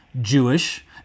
Jewish